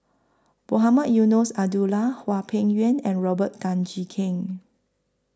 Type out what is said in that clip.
Mohamed Eunos Abdullah Hwang Peng Yuan and Robert Tan Jee Keng